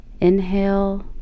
Inhale